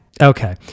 okay